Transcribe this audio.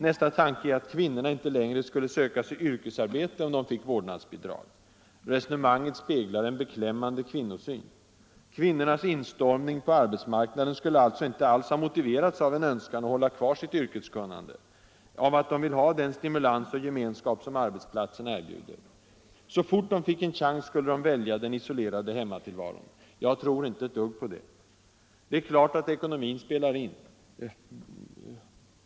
Nästa tanke är att kvinnorna inte längre skulle söka sig yrkesarbete, om de fick vårdnadsbidrag. Resonemanget speglar en beklämmande kvinnosyn. Kvinnornas instormning på arbetsmarknaden skulle alltså inte alls ha motiverats av en önskan att hålla kvar sitt yrkeskunnande, av att de vill ha den stimulans och gemenskap som arbetsplatsen erbjuder. Så fort de fick en chans skulle de välja den isolerade hemmatillvaron. Jag tror inte ett dugg på det. Det är klart att ekonomin spelar in.